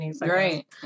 great